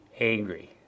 angry